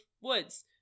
woods